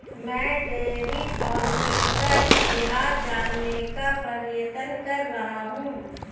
मैं dairy farming का इतिहास जानने का प्रयत्न कर रहा हूं